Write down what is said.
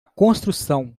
construção